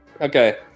Okay